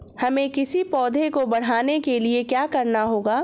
हमें किसी पौधे को बढ़ाने के लिये क्या करना होगा?